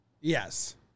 Yes